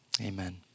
Amen